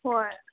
ꯍꯣꯏ